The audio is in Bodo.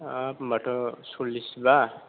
हाब होनबाथ' सलिस बा